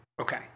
Okay